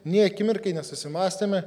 nė akimirkai nesusimąstėme